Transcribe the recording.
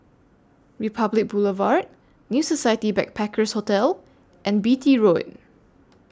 Republic Boulevard New Society Backpackers' Hotel and Beatty Road